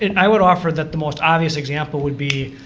and i would offer that the most obvious example would be